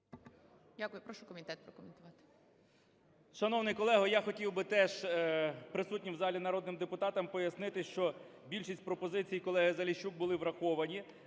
Дякую. Прошу комітет прокоментувати.